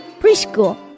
Preschool